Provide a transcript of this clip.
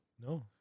No